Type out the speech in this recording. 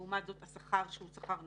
לעומת זאת השכר שהוא שכר נמוך,